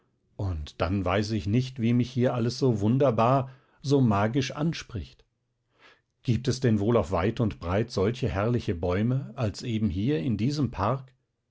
und dann weiß ich nicht wie mich hier alles so wunderbar so magisch anspricht gibt es denn wohl auf weit und breit solche herrliche bäume als eben hier in diesem park